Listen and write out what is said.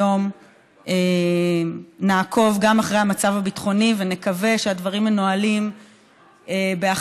היום נעקוב גם אחרי המצב הביטחוני ונקווה שהדברים מנוהלים באחריות,